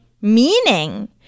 meaning